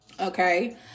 Okay